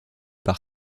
par